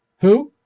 who,